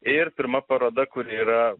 ir pirma paroda kuri yra